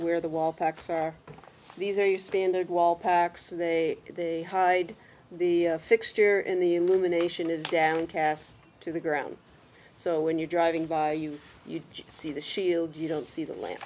where the wall packs are these are your standard wall packs they hide the fixture in the illumination is downcast to the ground so when you're driving by you see the shield you don't see the la